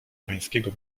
pańskiego